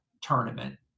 tournament